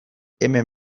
hemen